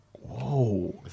whoa